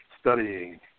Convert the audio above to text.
studying